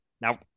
Now